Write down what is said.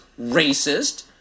Racist